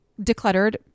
decluttered